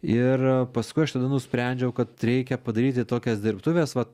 ir paskui aš tada nusprendžiau kad reikia padaryti tokias dirbtuves va